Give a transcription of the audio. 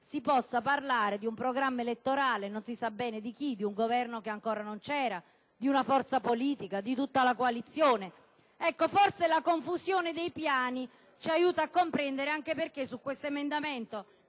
si possa parlare di un programma elettorale non si sa bene di chi, forse di un Governo che ancora non c'era, di una forza politica, di tutta la coalizione. Forse la confusione dei piani ci aiuta a comprendere anche perché su questo emendamento,